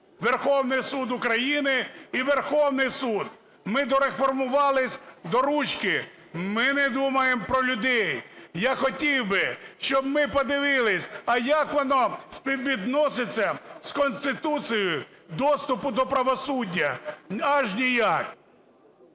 Верховний Суд України і Верховний Суд. Ми дореформувались до ручки. Ми не думаємо про людей. Я хотів би, щоб ми подивились, а як воно співвідноситься з Конституцією, доступу до правосуддя. Аж ніяк…